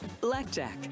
Blackjack